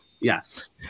Yes